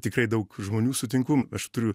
tikrai daug žmonių sutinku aš turiu